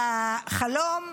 בחלום,